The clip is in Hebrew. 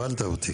הבהלת אותי.